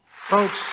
Folks